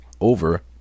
over